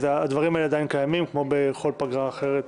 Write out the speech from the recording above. הדברים האלה עדיין קיימים כמו בכל פגרה אחרת,